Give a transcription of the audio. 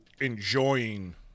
enjoying